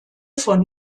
von